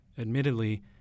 Admittedly